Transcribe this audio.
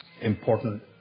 important